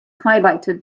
highlighted